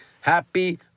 Happy